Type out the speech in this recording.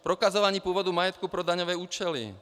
Prokazování původu majetku pro daňové účely.